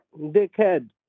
dickhead